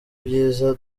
byiza